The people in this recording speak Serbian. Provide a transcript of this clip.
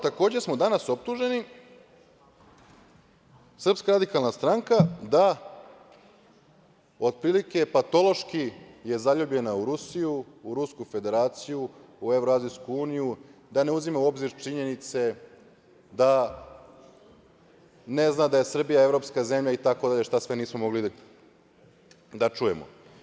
Takođe smo danas optuženi, SRS, da je otprilike patološki zaljubljena u Rusiju, u Rusku Federaciju, u Evroazijsku uniju, da ne uzima u obzir činjenice, da ne zna da je Srbija evropska zemlja itd, šta sve nismo mogli da čujemo.